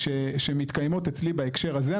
שמתקיימות אצלי בהקשר הזה,